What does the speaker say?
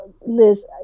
Liz